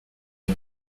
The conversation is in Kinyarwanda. the